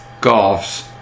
golf's